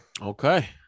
Okay